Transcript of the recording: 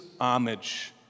homage